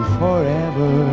forever